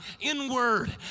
inward